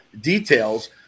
details